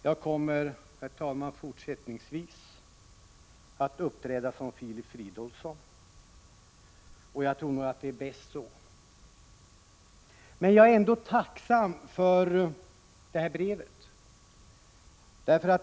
Jag kommer, herr talman, fortsättningsvis att uppträda som Filip Fridolfsson — jag tror att det är bäst så. Jag är ändå tacksam för detta brev.